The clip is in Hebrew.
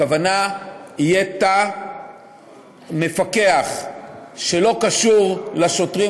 הכוונה היא שיהיה מפקח שאינו קשור לשוטרים